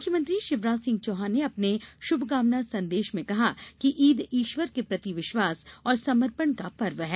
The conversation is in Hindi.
मुख्यमंत्री शिवराज सिंह चौहान ने अपने शुभकामना संदेश में कहा कि ईद ईश्वर के प्रति विश्वास और समर्पण का पर्व है